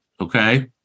Okay